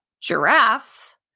giraffes